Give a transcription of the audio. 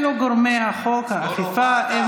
אלו גורמי החוק, האכיפה.